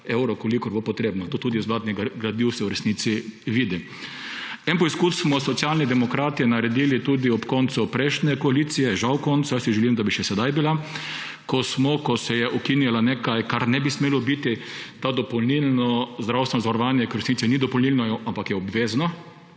kolikor bo potrebno Tudi iz vladnih gradiv se v resnici to vidi. En poskus smo Socialni demokrati naredili tudi ob koncu prejšnje koalicije – žal koncu, si želim, da bi še sedaj bila –, ko se je ukinjalo nekaj, kar ne bi smelo biti, to dopolnilno zdravstveno zavarovanje, ker v resnici ni dopolnilno, ampak je obvezno.